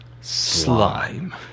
slime